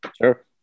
Sure